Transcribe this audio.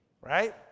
right